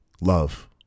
Love